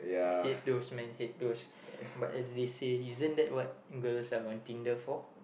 hate those man hate those but as they say isn't that what girls are on Tinder for